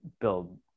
build